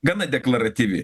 gana deklaratyvi